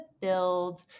build